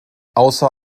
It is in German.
außer